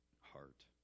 heart